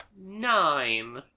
Nine